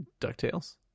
DuckTales